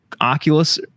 oculus